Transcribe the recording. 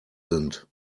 sind